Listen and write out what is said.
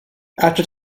after